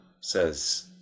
says